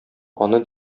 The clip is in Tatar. аны